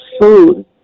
food